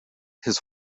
his